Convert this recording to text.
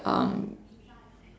um